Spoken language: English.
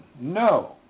No